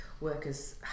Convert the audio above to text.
workers